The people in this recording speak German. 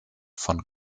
von